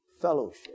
fellowship